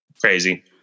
crazy